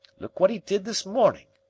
look what e did this morning.